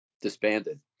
disbanded